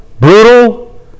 brutal